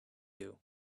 you